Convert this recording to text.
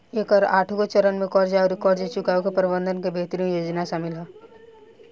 एकर आठगो चरन में कर्ज आउर कर्ज चुकाए के प्रबंधन के बेहतरीन योजना सामिल ह